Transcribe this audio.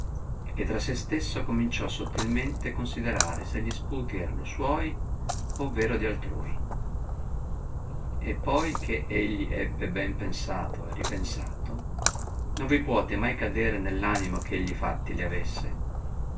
e tra sé stesso cominciò sottilmente considerare se gli sputi erano suoi overo di altrui e poi che egli ebbe ben pensato e ripensato non vi puote mai cadere nell'animo ch'egli fatti li avesse